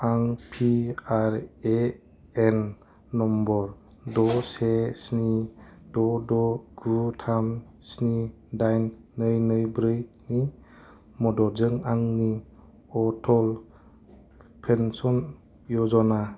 आं PRAN number द' से स्नि द' द' गु थाम स्नि दाइन नै नै ब्रैनि मददजों आंनि अटल पेन्सन य'जना